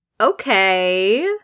Okay